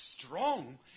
strong